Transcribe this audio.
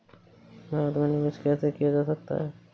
भारत में निवेश कैसे किया जा सकता है?